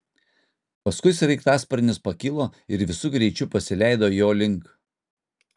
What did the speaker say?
paskui sraigtasparnis pakilo ir visu greičiu pasileido jo link